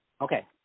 Okay